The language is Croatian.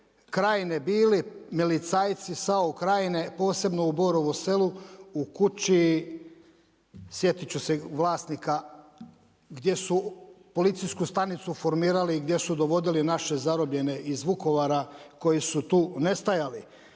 krajine bili milicajci SAO Krajine, posebno u Borovu Selu u kući sjetit ću se vlasnika gdje su policijsku stanicu formirali i gdje su dovodili naše zarobljene iz Vukovara koji su tu nestajali.